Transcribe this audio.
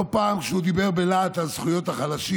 לא פעם כשהוא דיבר בלהט על זכויות החלשים